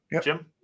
Jim